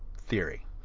theory